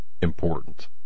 important